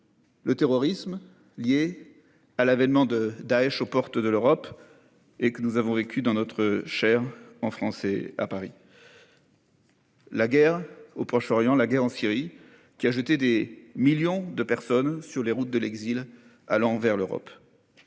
Le terrorisme lié à l'avènement de Daech aux portes de l'Europe. Et que nous avons vécue dans notre Chair en France et à Paris. La guerre au Proche-Orient la guerre en Syrie qui a jeté des millions de personnes sur les routes de l'exil à l'envers l'Europe.